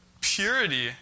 purity